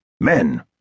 Men